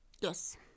Yes